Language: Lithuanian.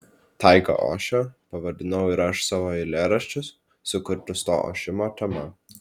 taiga ošia pavadinau ir aš savo eilėraščius sukurtus to ošimo tema